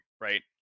right